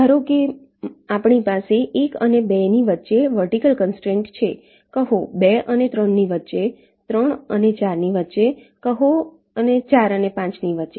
ધારો કે આપણી પાસે 1 અને 2 ની વચ્ચે વર્ટિકલ કન્સ્ટ્રેંટ છે કહો 2 અને 3 ની વચ્ચે 3 અને 4 ની વચ્ચે કહો અને 4 અને 5 ની વચ્ચે